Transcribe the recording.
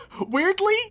Weirdly